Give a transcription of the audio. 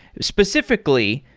specifically,